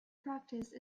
practice